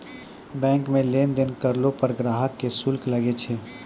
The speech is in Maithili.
बैंक मे लेन देन करलो पर ग्राहक के शुल्क लागै छै